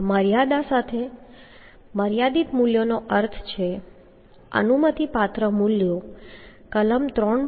આ મર્યાદા સાથે મર્યાદિત મૂલ્યોનો અર્થ છે અનુમતિપાત્ર મૂલ્યો કલમ 3